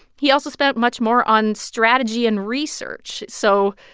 he also spent much more on strategy and research, so,